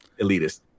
elitist